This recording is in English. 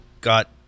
Got